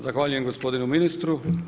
Zahvaljujem gospodinu ministru.